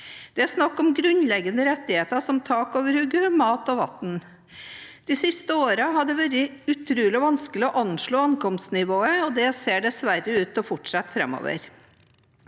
Det er snakk om grunnleggende rettigheter som tak over hodet, mat og vann. De siste årene har det vært utrolig vanskelig å anslå ankomstnivået, og det ser dessverre ut til å fortsette framover.